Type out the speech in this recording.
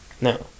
no